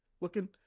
looking